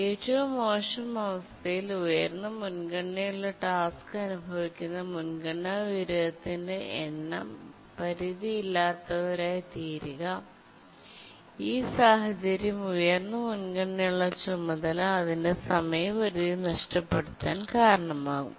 ഏറ്റവും മോശം അവസ്ഥയിൽ ഉയർന്ന മുൻഗണനയുള്ള ടാസ്ക് അനുഭവിക്കുന്ന മുൻഗണനാ വിപരീതത്തിന്റെ എണ്ണം പരിധിയില്ലാത്തവരായിത്തീരുക ഈ സാഹചര്യം ഉയർന്ന മുൻഗണനയുള്ള ചുമതല അതിന്റെ സമയപരിധി നഷ്ടപ്പെടുത്താൻ കാരണമാകും